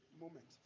moment